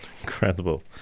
Incredible